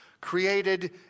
created